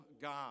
God